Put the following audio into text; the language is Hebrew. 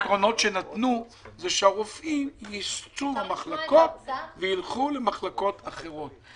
אחד הפתרונות שנתנו הוא שהרופאים ייצאו מן המחלקות וילכו למחלקות אחרות.